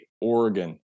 Oregon